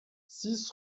six